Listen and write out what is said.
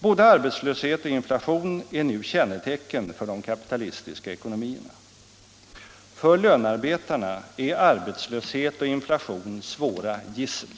Både arbetslöshet och inflation är nu kännetecken för de kapitalistiska ekonomierna. För lönarbetarna är arbetslöshet och inflation svåra gissel.